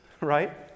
right